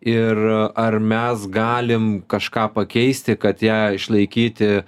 ir ar mes galim kažką pakeisti kad ją išlaikyti